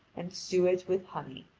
and suet with honey.